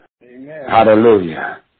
Hallelujah